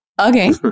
Okay